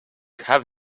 have